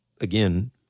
again